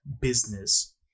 Business